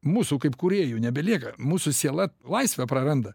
mūsų kaip kūrėjų nebelieka mūsų siela laisvę praranda